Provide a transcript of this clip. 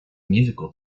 musical